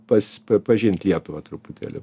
pas pažint lietuvą truputėlį